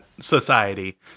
society